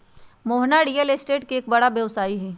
Mohana real estate के एक बड़ा व्यवसायी हई